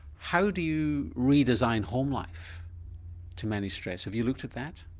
how do you redesign home life to manage stress, have you looked at that?